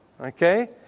Okay